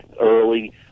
early